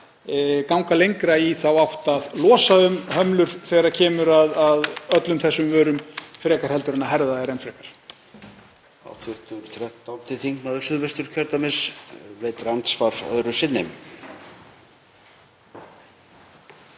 ganga lengra í þá átt að losa um hömlur þegar kemur að öllum þessum vörum frekar en að herða enn frekar.